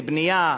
לבנייה,